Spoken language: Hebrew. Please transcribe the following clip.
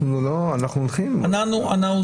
הלכנו עם זה.